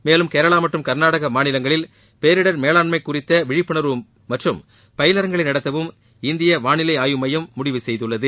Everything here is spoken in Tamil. மேலும் கேரளா மற்றும் கர்நாடக மாநிலங்களில் பேரிடர் மேலாண்மை குறித்த விழிப்புணர்வு மற்றும் பயிலரங்குகளை நடத்தவும் இந்திய வாளிலை ஆய்வு மையம் முடிவு செய்துள்ளது